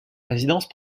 résidence